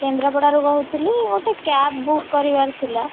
କେନ୍ଦ୍ରପଡ଼ାରୁ କହୁଥିଲି ଗୋଟେ cab book କରିବାର ଥିଲା